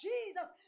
Jesus